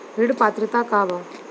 ऋण पात्रता का बा?